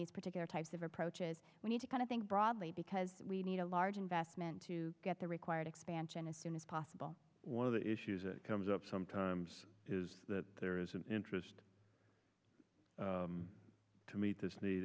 these particular types of approaches we need to kind of think broadly because we need a large investment to get the required expansion as soon as possible one of the issues that comes up sometimes is that there is an interest to meet this ne